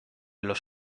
los